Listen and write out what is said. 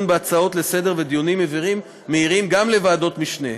בהצעות לסדר-היום ודיונים מהירים גם לוועדות משנה.